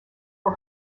for